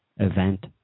event